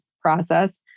process